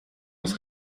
muss